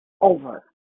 Over